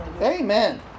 Amen